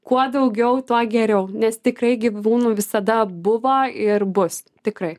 kuo daugiau tuo geriau nes tikrai gyvūnų visada buvo ir bus tikrai